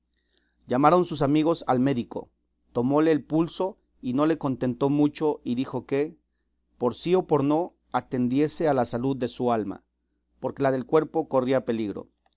llamaron sus amigos al médico tomóle el pulso y no le contentó mucho y dijo que por sí o por no atendiese a la salud de su alma porque la del cuerpo corría peligro